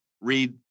read